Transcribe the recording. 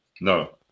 No